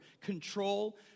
control